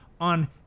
on